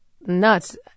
nuts